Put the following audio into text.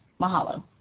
Mahalo